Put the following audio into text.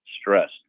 stressed